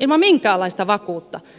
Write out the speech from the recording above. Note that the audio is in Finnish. ilman minkäänlaista vakuutta